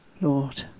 Lord